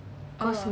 oh